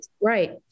right